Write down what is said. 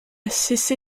cessé